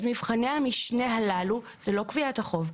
את מבחני המשנה הללו זה לא קביעת החוב,